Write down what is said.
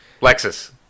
Lexus